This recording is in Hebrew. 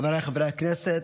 חבריי חברי הכנסת,